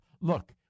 look